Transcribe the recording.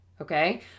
okay